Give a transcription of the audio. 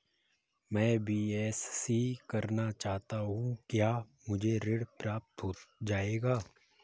मैं बीएससी करना चाहता हूँ क्या मुझे ऋण प्राप्त हो जाएगा?